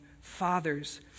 Fathers